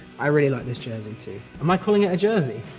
i really like this jersey too. am i calling it a jersey?